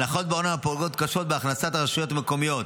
הנחות בארנונה פוגעות קשות בהכנסות הרשויות המקומיות.